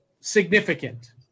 significant